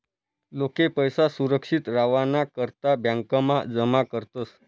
लोके पैसा सुरक्षित रावाना करता ब्यांकमा जमा करतस